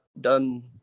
done